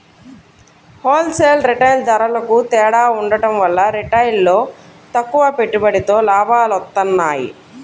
whole sale, retail ధరలకూ తేడా ఉండటం వల్ల రిటైల్లో తక్కువ పెట్టుబడితో లాభాలొత్తన్నాయి